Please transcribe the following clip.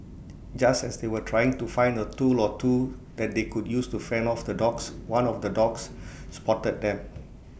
just as they were trying to find A tool or two that they could use to fend off the dogs one of the dogs spotted them